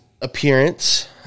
appearance